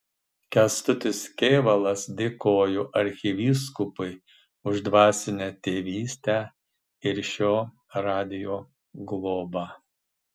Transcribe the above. kęstutis kėvalas dėkojo arkivyskupui už dvasinę tėvystę ir šio radijo globą